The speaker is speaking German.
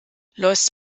los